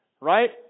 right